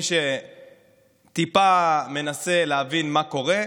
מי שטיפה מנסה להבין מה קורה,